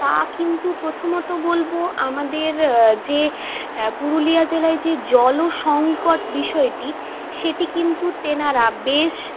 তা কিন্তু প্রথমত বলবো আমাদের যে পুরুলিয়া জেলায় যে জল সংকট বিষয়টি সেটি কিন্তু তেনারা বেশ